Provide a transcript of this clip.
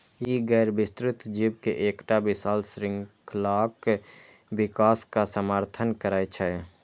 ई गैर विस्तृत जीव के एकटा विशाल शृंखलाक विकासक समर्थन करै छै